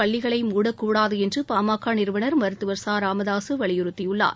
பள்ளிகளை மூடக்கூடாது என்று பா ம க நிறுவனர் மருத்துவர் ச ராமதாசு வலியுறுத்தியுள்ளார்